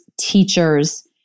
teachers